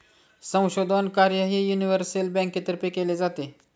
संशोधन कार्यही युनिव्हर्सल बँकेतर्फे केले जाते